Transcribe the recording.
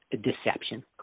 deception